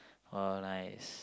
!wah! nice